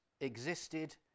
existed